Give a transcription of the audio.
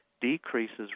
decreases